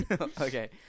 Okay